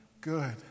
good